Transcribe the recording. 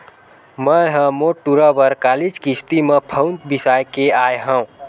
मैय ह मोर टूरा बर कालीच किस्ती म फउन बिसाय के आय हँव